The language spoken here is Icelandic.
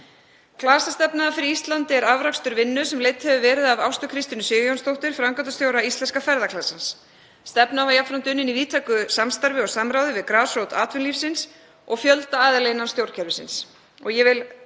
Klasastefna fyrir Ísland er afrakstur vinnu sem leidd hefur verið af Ástu Kristínu Sigurjónsdóttur, framkvæmdastjóra Íslenska ferðaklasans. Stefnan var jafnframt unnin í víðtæku samstarfi og samráði við grasrót atvinnulífsins og fjölda aðila innan stjórnkerfisins